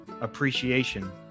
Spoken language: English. appreciation